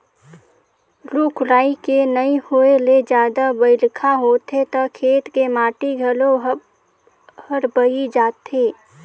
रूख राई के नइ होए ले जादा बइरखा होथे त खेत के माटी घलो हर बही जाथे